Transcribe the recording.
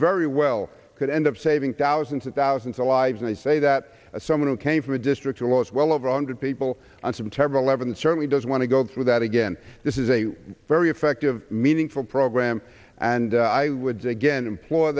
very well could end up saving thousands and thousands of lives and say that someone who came from a district who was well over a hundred people on september eleventh certainly doesn't want to go through that again this is a very effective meaningful program and i would again